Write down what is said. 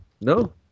No